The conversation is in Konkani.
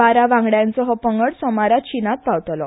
बारा वांगड्यांचो हो पंगड सोमारा चीनांत पावतलो